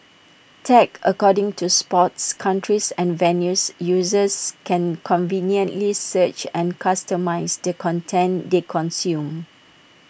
tagged according to sports countries and venues users can conveniently search and customise the content they consume